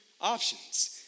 options